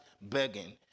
begging